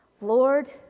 Lord